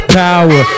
power